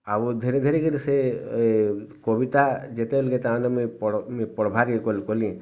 ଆଉ ଧୀରେ ଧୀରେ କିରି ସେ କବିତା ଯେତେବେଲକେ ତାର୍ ମାନେ ମୁଇଁ ପଢ଼ବାକେ ଗଲିଁ